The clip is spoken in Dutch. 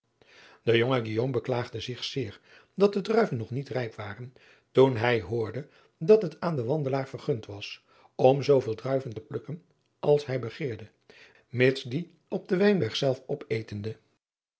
e jonge beklaagde zich zeer dat de druiven nog niet rijp waren toen hij hoorde dat het aan den wandelaar vergund was om zooveel druiven te plukken als hij begeerde mits die op den wijnberg zelf opetende